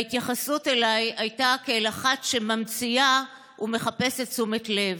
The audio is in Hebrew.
ההתייחסות אליי הייתה כאל אחת שממציאה ומחפשת תשומת לב.